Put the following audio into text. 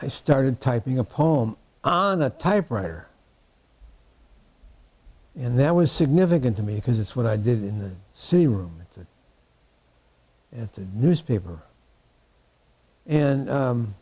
i started typing a poem on a typewriter and that was significant to me because it's what i did in the city room at the newspaper and